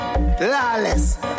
Lawless